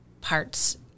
parts